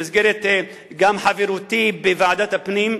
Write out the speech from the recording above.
גם במסגרת חברותי בוועדת הפנים,